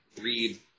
read